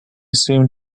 seemed